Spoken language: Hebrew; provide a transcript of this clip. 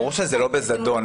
ברור שזה לא בזדון.